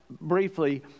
briefly